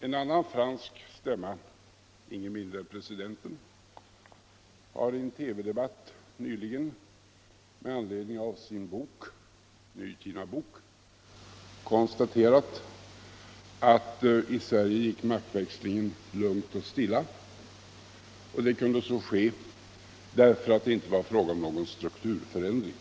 En annan fransk stämma, ingen mindre än presidenten, har i en TV-debatt nyligen med anledning av sin nyutgivna bok konstaterat att i Sverige gick maktväxlingen lugnt och stilla. Det kunde så ske därför att det inte var fråga om någon strukturförändring.